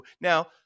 Now